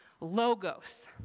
Logos